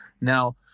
Now